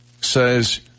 says